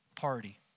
party